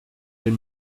del